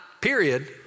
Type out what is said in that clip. period